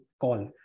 call